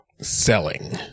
selling